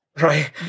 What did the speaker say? Right